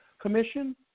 Commission